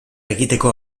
egiteko